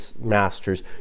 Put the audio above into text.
masters